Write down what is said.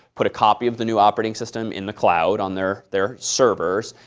put a copy of the new operating system in the cloud on their their servers,